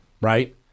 right